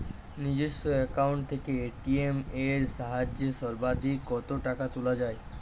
নিজস্ব অ্যাকাউন্ট থেকে এ.টি.এম এর সাহায্যে সর্বাধিক কতো টাকা তোলা যায়?